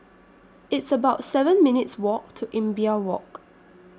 It's about seven minutes' Walk to Imbiah Walk